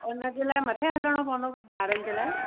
उनजे लाइ मथे वञिणो पवंदो बारनि जे लाइ